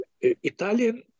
Italian